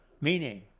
Meaning